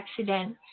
accident